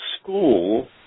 school